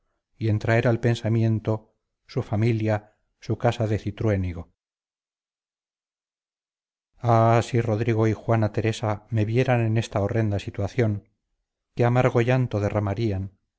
y en traer al pensamiento su familia su casa de cintruénigo ah si rodrigo y juana teresa me vieran en esta horrenda situación qué amargo llanto derramarían